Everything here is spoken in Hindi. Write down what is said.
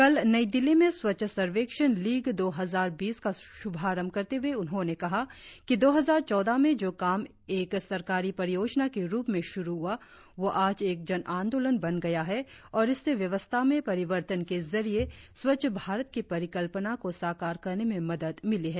आज नई दिल्ली में स्वच्छ सर्वेक्षण लीग दो हजार बीस का शुभारंभ करते हुए उन्होंने कहा कि दो हजार चौदह में जो काम एक सरकारी परियोजना के रुप में शुरु हुआ वह आज एक जनांदोलन बन गया है और इससे व्यवशार परिवर्तन के जरिए स्वच्छ भारत की परिकल्पना को साकार करने में मदद मिली है